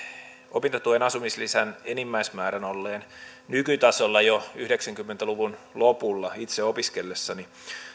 opintotuen asumislisän enimmäismäärän olleen nykytasolla jo yhdeksänkymmentä luvun lopulla itse opiskellessani